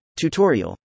Tutorial